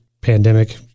pandemic